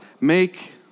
Make